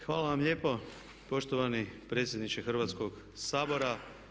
Hvala vam lijepo poštovani predsjedniče Hrvatskog sabora.